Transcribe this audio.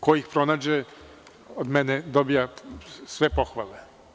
Ko ih pronađe od mene dobija sve pohvale.